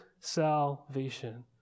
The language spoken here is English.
salvation